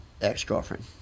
ex-girlfriend